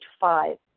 five